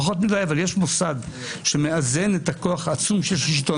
פחות מדי אבל יש מוסד שמאזן את הכוח העצום של השלטון.